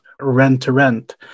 rent-to-rent